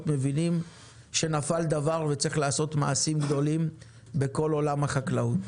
מבינים שיש להניע תהליכים גדולים בכל עולם החקלאות,